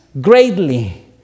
greatly